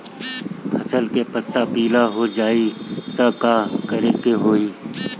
फसल के पत्ता पीला हो जाई त का करेके होई?